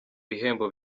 bihembo